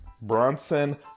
Bronson